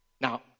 Now